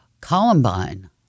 columbine